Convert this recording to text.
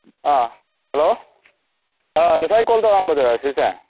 hello ꯉꯁꯥꯏ call ꯇꯧꯔꯛꯑꯝꯕꯗꯨꯔꯥ ꯁꯤꯁꯦ